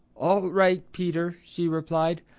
all right, peter, she replied.